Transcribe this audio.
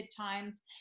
times